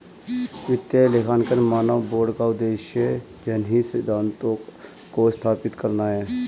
वित्तीय लेखांकन मानक बोर्ड का उद्देश्य जनहित सिद्धांतों को स्थापित करना है